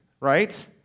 right